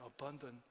abundant